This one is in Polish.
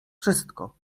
wszystko